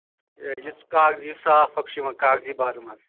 یُس کاغذی صاف اکھ چھِ یِوان کاغذی بادَم حظ